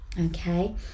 okay